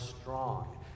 strong